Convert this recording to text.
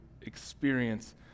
experience